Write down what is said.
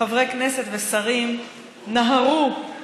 חברי כנסת ושרים נהרו